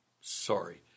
Sorry